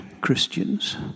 Christians